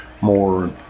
more